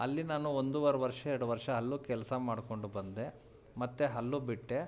ಅಲ್ಲಿ ನಾನು ಒಂದುವರೆ ವರ್ಷ ಎರಡು ವರ್ಷ ಅಲ್ಲೂ ಕೆಲಸ ಮಾಡಿಕೊಂಡು ಬಂದೆ ಮತ್ತು ಅಲ್ಲೂ ಬಿಟ್ಟೆ